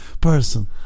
person